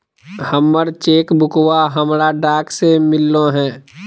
हमर चेक बुकवा हमरा डाक से मिललो हे